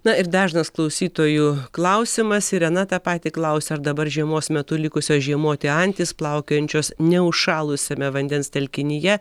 na ir dažnas klausytojų klausimas irena tą patį klausia ar dabar žiemos metu likusios žiemoti antys plaukiojančios neužšalusiame vandens telkinyje